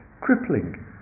crippling